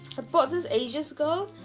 but bought this ages ago.